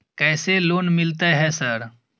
कैसे लोन मिलते है सर?